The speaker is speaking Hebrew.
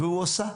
והוא עשה.